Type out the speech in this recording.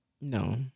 No